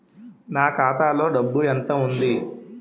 నా ఖాతాలో డబ్బు ఎంత ఉంది?